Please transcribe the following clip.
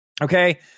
Okay